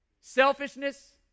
Selfishness